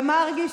ומרגי,